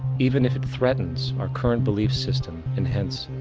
even if it threatens our current belief system and hence,